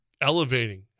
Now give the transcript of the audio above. elevating